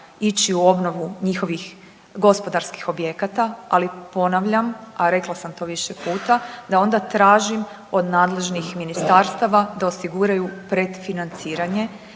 ići u obnovu njihovih gospodarskih objekata, ali ponavljam, a rekla sam to više puta, da onda tražim od nadležnih ministarstava da osiguraju predfinanciranje.